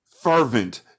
fervent